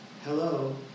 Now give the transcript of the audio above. Hello